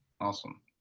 Awesome